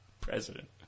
president